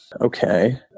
Okay